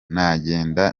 nagenda